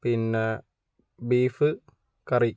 പിന്നെ ബീഫ് കറി